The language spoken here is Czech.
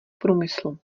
průmyslu